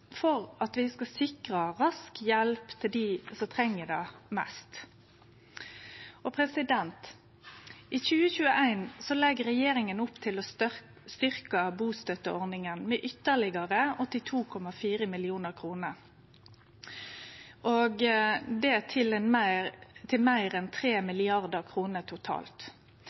for at vi skal sikre rask hjelp til dei som treng det mest. I 2021 legg regjeringa opp til å styrkje bustøtteordninga med ytterlegare 82,4 mill. kr, til meir enn 3 mrd. kr totalt. Ved behandlinga i finanskomiteen, som saksordføraren òg viste til,